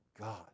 God